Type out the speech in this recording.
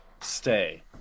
stay